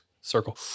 circle